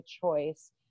choice